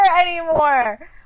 anymore